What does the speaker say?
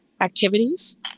activities